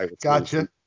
Gotcha